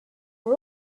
are